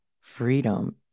freedom